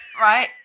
Right